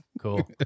Cool